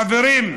חברים,